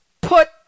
put